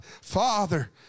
Father